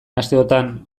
asteotan